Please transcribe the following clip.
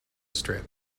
strip